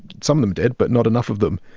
some of them did but not enough of them.